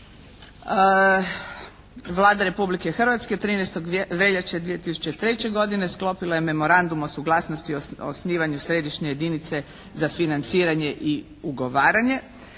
Vlada Republike Hrvatske 13. veljače 2003. godine sklopila je Memorandum o suglasnosti o osnivanju Središnje jedinice za financiranje i ugovaranje.